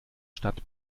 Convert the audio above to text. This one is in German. stadt